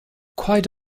quite